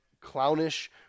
clownish